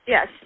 Yes